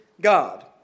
God